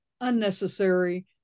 unnecessary